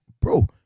bro